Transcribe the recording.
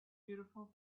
beautiful